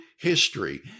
history